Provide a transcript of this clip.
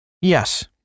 Yes